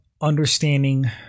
understanding